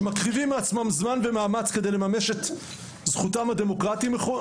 שמקריבים זמן ומאמץ כדי לממש את זכותם הדמוקרטית בהפגנה,